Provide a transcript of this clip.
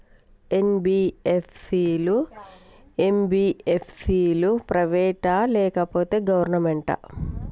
NBFC లు, MBFC లు private ఆ లేకపోతే గవర్నమెంటా?